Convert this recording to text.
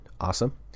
awesome